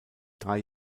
drei